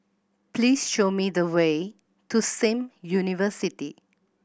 please show me the way to Sim University